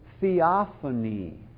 theophany